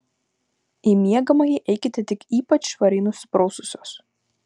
į miegamąjį eikite tik ypač švariai nusipraususios